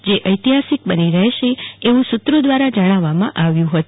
જે ઐતિહાસિક બની રહેશે અવું સુત્રો દવારા જણાવવામાં આવ્યું છે